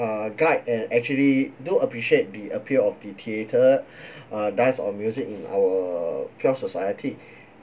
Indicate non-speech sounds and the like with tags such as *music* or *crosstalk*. uh guide and actually do appreciate the appeal of the theatre *breath* uh dance or music in our pure society